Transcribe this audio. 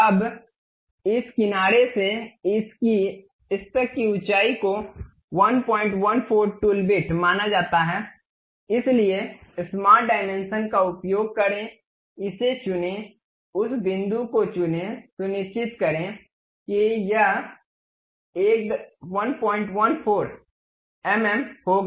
अब इस किनारे से इस तक की ऊँचाई को 114 टूल बिट माना जाता है इसलिए स्मार्ट डायमेंशन का उपयोग करें इसे चुनें उस बिंदु को चुनें सुनिश्चित करें कि यह 114 मिमी होगा